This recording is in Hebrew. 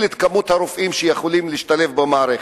את מספר הרופאים שיכולים להשתלב במערכת.